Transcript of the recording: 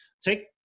take